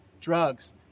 drugs